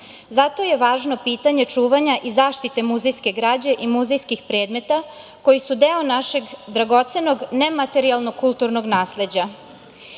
zato je važno pitanje čuvanja i zaštite muzejske građe i muzejskih predmeta koji su deo našeg dragocenog nematerijalnog kulturnog nasleđa. Iako